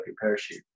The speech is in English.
parachute